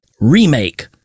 remake